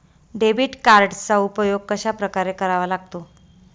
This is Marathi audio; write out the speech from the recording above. डेबिट कार्डचा उपयोग कशाप्रकारे करावा लागतो?